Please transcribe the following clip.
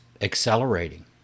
accelerating